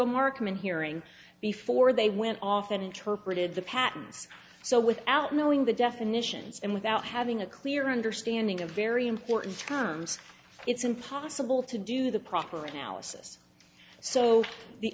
a marksman hearing before they went off and interpreted the patterns so without knowing the definitions and without having a clear understanding of very important terms it's impossible to do the proper analysis so the